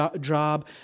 job